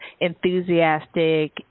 enthusiastic